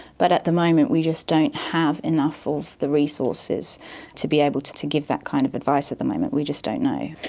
but at the moment we just don't have enough of the resources to be able to to give that kind of advice at the moment, we just don't know.